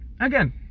again